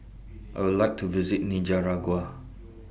I Would like to visit Nicaragua